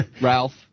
Ralph